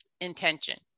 Intention